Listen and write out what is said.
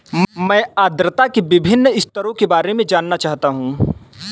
मैं आर्द्रता के विभिन्न स्तरों के बारे में जानना चाहता हूं